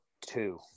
two